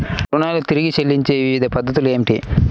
రుణాలను తిరిగి చెల్లించే వివిధ పద్ధతులు ఏమిటి?